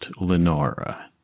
Lenora